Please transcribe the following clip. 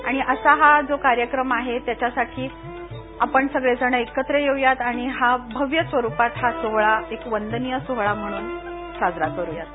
आणि यसा हा जो कार्यक्रम आहे त्याच्यासाठी आपण सगळे एकत्र येऊयात आणि हा भव्यस्वरुपाचा हा सोहळा एक वंदनीय सोहळा म्हणून साजरा करुयात